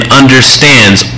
understands